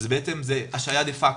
שזה השעיה דה-פקטו,